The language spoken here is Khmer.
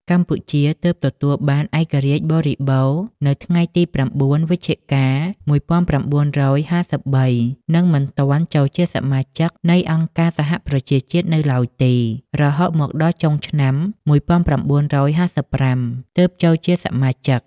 កម្ពុជាទើបទទួលបានឯករាជ្យបរិបូណ៌នៅថ្ងៃទី៩វិច្ចិកា១៩៥៣ និងមិនទាន់ចូលជាសមាជិកនៃអង្គការសហប្រជាជាតិនូវឡើយទេ រហូតមកដល់ចុងឆ្នាំ១៩៥៥ ទើបចូលជាសមាជិក។